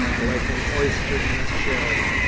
like an oyster in a shell.